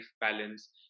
balance